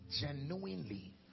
genuinely